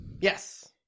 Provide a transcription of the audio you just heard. Yes